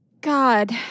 God